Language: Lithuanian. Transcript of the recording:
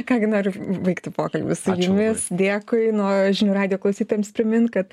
ką gi noriu baigti pokalbį su jumis dėkui na o žinių radijo klausytojams primint kad